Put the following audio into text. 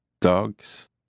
Dogs